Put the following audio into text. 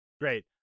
Great